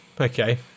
Okay